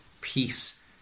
Peace